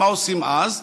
מה עושים אז?